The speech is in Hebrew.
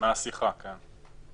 מהשיחה, כן.